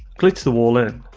glitch the wall in,